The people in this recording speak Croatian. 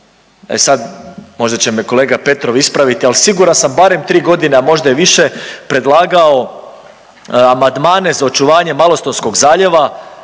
e sad, možda će me kolega Petrov ispraviti, ali siguran sam, barem 3 godine, a možda i više predlagao amandmane za očuvanje Malostonskog zaljeva,